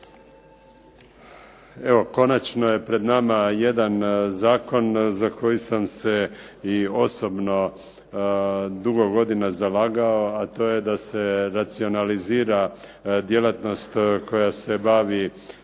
Evo, konačno je pred nama jedan zakon za koji sam se i osobno dugo godina zalagao, a to je da se racionalizira djelatnost koja se bavi